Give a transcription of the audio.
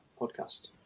podcast